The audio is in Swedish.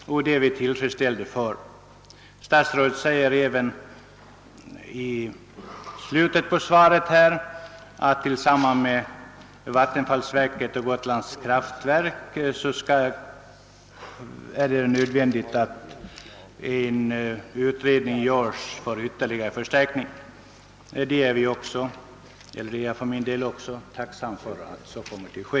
Det är vi naturligtvis tacksamma för. I slutet av interpellationssvaret säger statsrådet också att Gotlands Kraftverk och vattenfallsverket kommer att utreda förutsättningarna för en ytterligare kapacitetsförstärkning, och jag är givetvis även tacksam för att så kommer att ske.